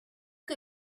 que